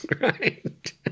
Right